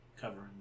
covering